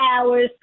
hours